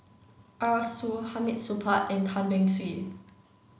Arasu Hamid Supaat and Tan Beng Swee